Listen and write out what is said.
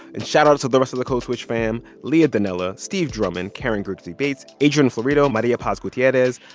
and shoutout to the rest of the code switch fam leah donnella, steve drummond, karen grigsby bates, adrian florido, maria paz gutierrez,